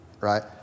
right